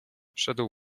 szedł